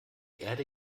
erde